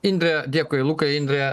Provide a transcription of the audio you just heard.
indre dėkui lukai indre